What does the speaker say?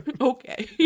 Okay